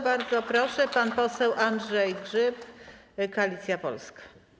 Bardzo proszę, pan poseł Andrzej Grzyb, Koalicja Polska.